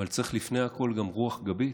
אבל צריך לפני הכול גם רוח גבית,